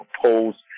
proposed